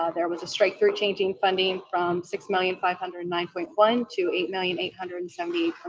ah there was a strike through changing funding from six million five hundred and nine point one to eight million eight hundred and seventy